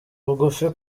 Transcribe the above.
bugufi